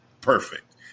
perfect